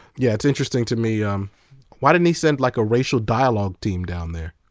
yeah, it's interesting to me, um why didn't he send like, a racial dialogue team down there,